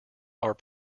are